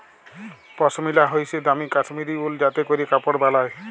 পশমিলা হইসে দামি কাশ্মীরি উল যাতে ক্যরে কাপড় বালায়